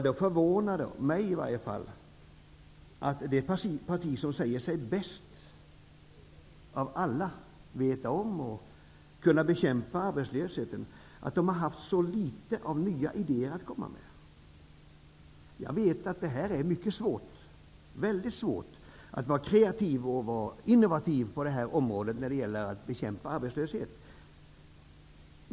Det förvånar i varje fall mig att det parti som säger sig veta och kunna bäst av alla bekämpa arbetslösheten har haft så litet av nya idéer att komma med. Jag vet att det är mycket svårt att vara kreativ och innovativ när det gäller att bekämpa arbetslösheten.